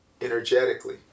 energetically